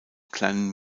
kleinen